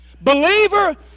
Believer